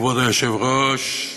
כבוד היושב-ראש,